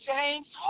James